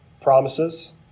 promises